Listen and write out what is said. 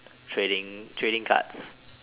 trading trading cards